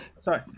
Sorry